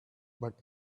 but